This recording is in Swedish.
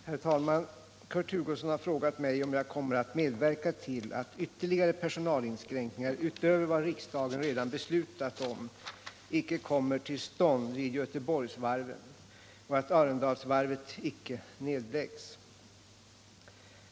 Herr talman! Kurt Hugosson har frågat mig om jag kommer att medverka till att ytterligare personalinskränkningar utöver vad riksdagen redan beslutat om icke kommer till stånd vid Göteborgsvarven och att Arendalsvarvet icke nedlägges.